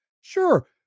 Sure